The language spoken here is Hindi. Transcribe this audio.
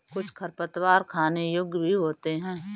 कुछ खरपतवार खाने योग्य भी होते हैं